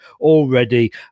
already